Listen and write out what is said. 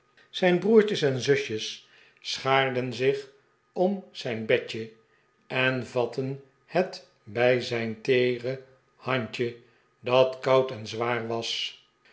zijn broertjes en zusjes sehaarden zich om zijn bedje en vatten het bij zijn teere handje dat koud en zwaar was